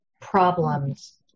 problems